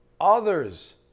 others